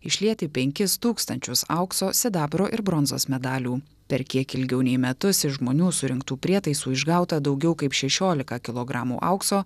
išlieti penkis tūkstančius aukso sidabro ir bronzos medalių per kiek ilgiau nei metus iš žmonių surinktų prietaisų išgauta daugiau kaip šešiolika kilogramų aukso